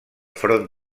front